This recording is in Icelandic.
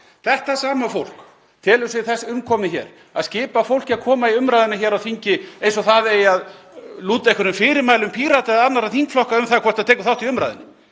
Þetta sama fólk telur sig þess umkomið að skipa fólki að koma í umræðuna hér á þingi eins og það eigi að lúta fyrirmælum Pírata eða annarra þingflokka um það hvort það tekur þátt í umræðunni.